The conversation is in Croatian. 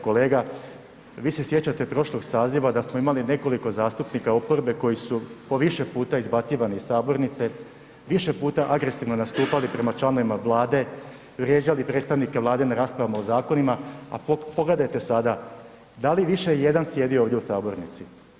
Kolega, vi se sjećate prošlog saziva da smo imali nekoliko zastupnika oporbe koji su po više puta izbacivani iz sabornice, više puta agresivno nastupali prema članovima vlade, vrijeđali predstavnike vlade na raspravama o zakonima, a pogledajte sada da li više ijedan sjedi ovdje u sabornici?